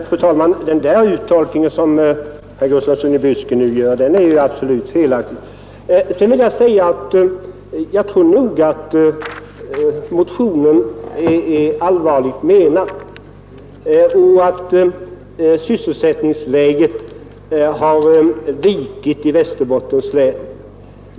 Fru talman! Den där uttolkningen som herr Gustafsson i Byske nu gör är ju absolut felaktig. Sedan vill jag säga att jag tror nog att motionen är allvarligt menad och att sysselsättningsläget har försämrats i Västerbottens län.